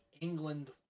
England